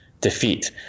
defeat